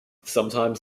sometimes